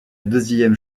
deuxième